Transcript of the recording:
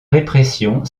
répression